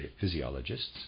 physiologists